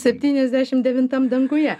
septyniasdešim devintam danguje